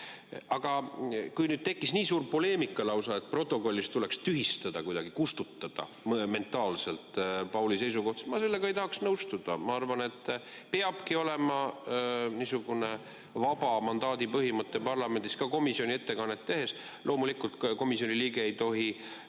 Aga kui nüüd tekkis nii suur poleemika, et lausa stenogrammis tuleks tühistada, kuidagi kustutada mentaalselt Pauli seisukoht, siis ma sellega ei tahaks nõustuda. Ma arvan, et peabki olema niisugune vaba mandaadi põhimõte parlamendis ka komisjoni ettekannet tehes. Loomulikult komisjoni liige ei tohi